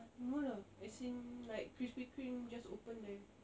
ah no lah as in like Krispy Kreme just opened there